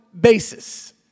basis